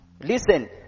Listen